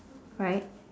right